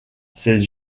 ses